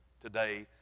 today